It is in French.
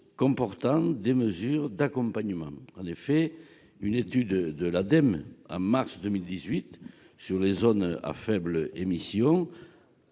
comportant des mesures d'accompagnement. En effet, une étude de l'Ademe de mars 2018 sur les zones à faibles émissions